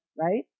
right